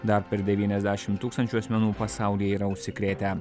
dar per devyniasdešim tūkstančių asmenų pasaulyje yra užsikrėtę